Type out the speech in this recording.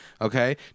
okay